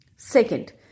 Second